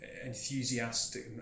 enthusiastic